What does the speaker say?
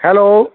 hello